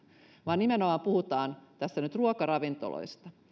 vaan tässä nimenomaan puhutaan nyt ruokaravintoloista